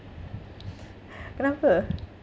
kenapa